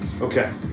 Okay